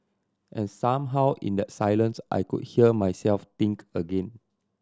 and somehow in that silence I could hear myself think again